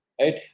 right